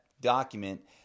document